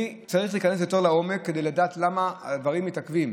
אני צריך להיכנס יותר לעומק כדי לדעת למה הדברים מתעכבים.